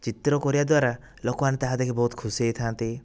ଚିତ୍ର କରିବା ଦ୍ୱାରା ଲୋକମାନେ ତାହା ଦେଖି ବହୁତ ଖୁସି ହେଇଥାନ୍ତି